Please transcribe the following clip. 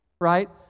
Right